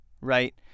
right